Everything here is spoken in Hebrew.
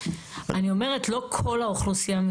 אותו דרך קופות החולים שכמובן לא רוצות כי זה עולה המון,